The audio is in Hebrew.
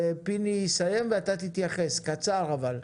פיני יסיים ואז אתה תתייחס, אבל בקצרה.